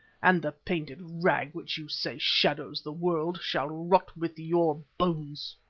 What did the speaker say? and the painted rag which you say shadows the world, shall rot with your bones.